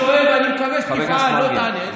אני שואל ומקווה שתפעל, לא תענה.